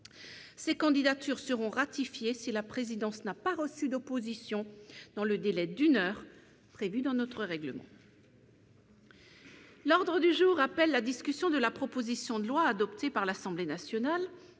ces candidatures seront ratifiées si la présidence n'a pas reçu d'opposition dans le délai d'une heure prévu dans notre règlement. L'ordre du jour appelle la discussion de la proposition de loi adoptée par l'Assemblée nationale